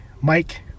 Mike